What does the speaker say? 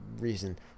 reason